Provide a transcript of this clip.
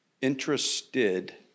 interested